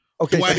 Okay